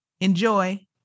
Enjoy